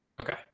Okay